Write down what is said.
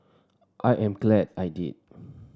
I am glad I did